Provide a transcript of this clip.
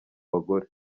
bagore